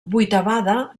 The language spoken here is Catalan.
vuitavada